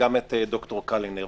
וגם את ד"ר קלינר.